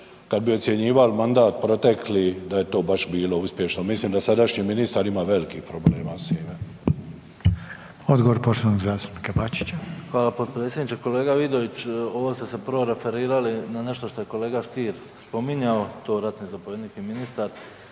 kada bi ocjenjivali mandat protekli da je to baš bilo uspješno. Mislim da sadašnji ministar ima velikih problema s njime. **Reiner, Željko (HDZ)** Odgovor poštovanog zastupnika Bačića. **Bačić, Ante (HDZ)** Hvala potpredsjedniče. Kolega Vidović ovo ste se prvo referirali na nešto što je kolega Stier spominjao to ratni zapovjednik i ministar.